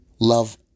Love